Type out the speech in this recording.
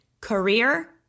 Career